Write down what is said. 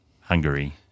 Hungary